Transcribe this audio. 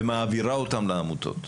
ומעבירה אותם לעמותות.